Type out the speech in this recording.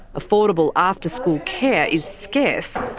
affordable after school care is scarce,